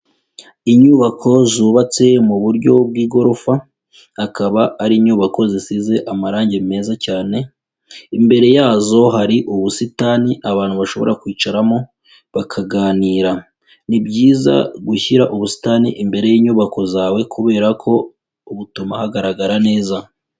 Inyubako zubatse mu buryo bw'igorofa, akaba ari inyubako zisize amarange meza cyane, imbere yazo hari ubusitani abantu bashobora kwicaramo bakaganira, ni byiza gushyira ubusitani imbere y'inyubako zawe kubera ko butuma hagaragara neza.